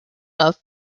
love